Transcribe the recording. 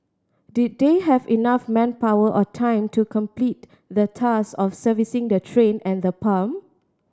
did they have enough manpower or time to complete the task of servicing the train and the pump